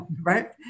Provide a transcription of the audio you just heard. Right